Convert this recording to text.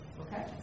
Okay